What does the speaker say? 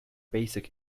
basic